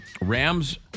Rams